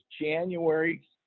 january